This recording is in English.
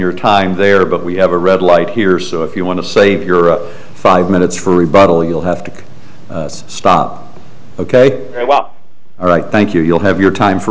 your time there but we have a red light here so if you want to save your five minutes from rebuttal you'll have to stop ok all right thank you you'll have your time for